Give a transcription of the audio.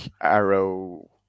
arrow